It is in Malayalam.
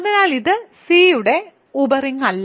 അതിനാൽ ഇത് C യുടെ ഉപ റിങ്ങല്ല